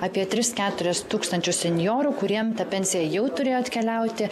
apie tris keturis tūkstančius senjorų kuriem ta pensija jau turėjo atkeliauti